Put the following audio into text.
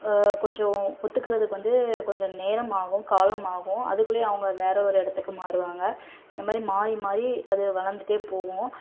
கொஞ்சம் ஒத்துக்கிறதுக்கு வந்து கொஞ்சம் நேரமாகும் காலமாகும் அதுக்குள்ளயே அவங்க வேற ஒரு இடத்துக்கு மாறுவாங்கள் இந்தமாதிரி மாறி மாறி அது வளர்ந்துட்டே போகும்